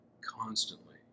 constantly